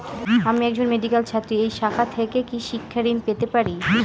আমি একজন মেডিক্যাল ছাত্রী এই শাখা থেকে কি শিক্ষাঋণ পেতে পারি?